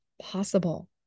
possible